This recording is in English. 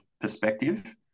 perspective